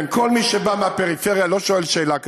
כל מי שבא מהפריפריה לא שואל שאלה כזאת,